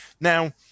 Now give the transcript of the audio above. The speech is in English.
Now